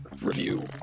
review